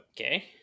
okay